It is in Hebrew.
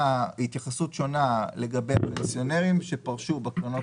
שונה לגבי פנסיונרים שפרשו בקרנות